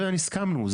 זה הסכמנו,